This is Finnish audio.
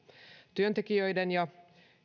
työntekijöiden ja